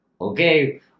okay